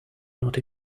not